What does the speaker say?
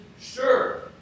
Sure